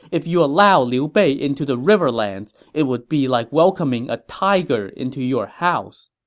if you allow liu bei into the riverlands, it would be like welcoming a tiger into your house.